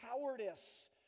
cowardice